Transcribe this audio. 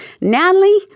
Natalie